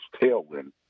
tailwind